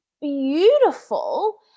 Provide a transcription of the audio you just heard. beautiful